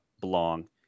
belong